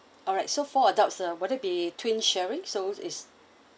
alright so four adults uh would it be twin sharing so is